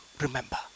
remember